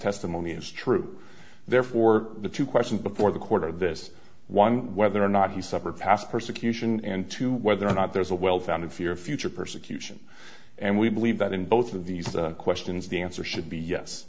testimony as true therefore the two questions before the court or this one whether or not he suffered past persecution and to whether or not there's a well founded fear of future persecution and we believe that in both of these questions the answer should be yes